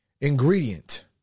Ingredient